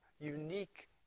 unique